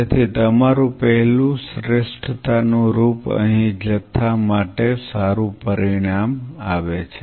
તેથી તમારું પહેલું શ્રેષ્ઠતાનુંરૂપ અહીં જથ્થા માટે સારું પરિણામ આવે છે